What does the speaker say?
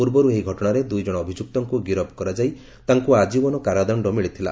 ପୂର୍ବରୁ ଏହି ଘଟଣାରେ ଦୂଇଜଣ ଅଭିଯ୍ବକ୍ତଙ୍କୁ ଗିରଫ କରାଯାଇ ତାଙ୍କୁ ଆଜୀବନ କାରାଦଣ୍ଡ ମିଳିଥିଲା